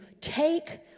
take